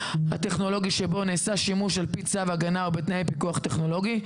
הטכנולוגי שבו נעשה שימוש על פי צו הגנה בתנאי פיקוח טכנולוגי,